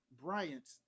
Bryant